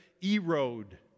erode